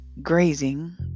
grazing